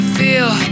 feel